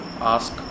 ask